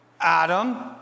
Adam